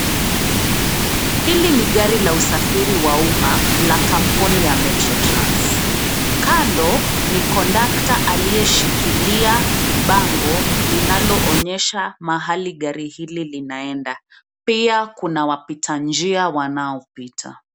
Hili ni gari la usafiri wa umma la kampuni ya metro trans. Kando ni kondakta aliyeshikilia bango linaloonyesha mahali gari hili linaenda. Pia kuna wapita njia wanaopita.